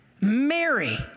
Mary